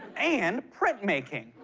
and printmaking.